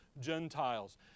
gentiles